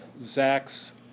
Zach's